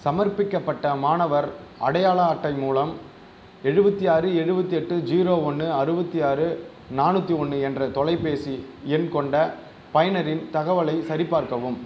சமர்ப்பிக்கப்பட்ட மாணவர் அடையாள அட்டை மூலம் எழுபத்தி ஆறு எழுபத்தெட்டு ஜீரோ ஒன்று அறுபத்தி ஆறு நானூற்றி ஒன்று என்ற தொலைபேசி எண் கொண்ட பயனரின் தகவலைச் சரிபார்க்கவும்